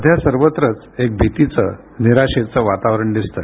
सध्या सर्वत्रच एक भितीचं निराशेचं वातावरण दिसतं